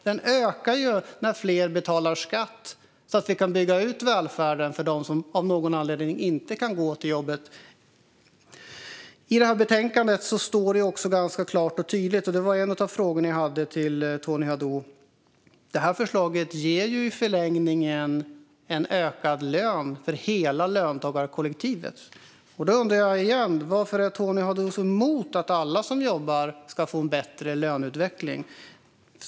Den ökar när fler betalar skatt, så att vi kan bygga ut välfärden för dem som av någon anledning inte kan gå till jobbet. I det här betänkandet står det också ganska klart och tydligt att förslaget i förlängningen ger ökad lön för hela löntagarkollektivet. En av mina frågor till Tony Haddou handlade om detta, och jag undrar igen: Varför är Tony Haddou så emot att alla som jobbar ska få en bättre löneutveckling?